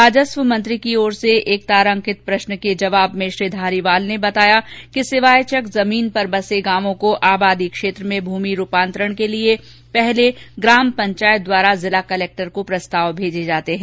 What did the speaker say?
राजस्व मंत्री की ओर से एक तारांकित प्रश्न के जवाब में श्री धारीवाल ने बताया कि सिवायचक जमीन पर बसे गायों को आबादी क्षेत्र में भूमि रूपान्तरण के लिए पहले ग्राम पंचायत द्वारा जिला कलक्टर को प्रस्ताव भेजे जाते हैं